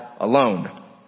Alone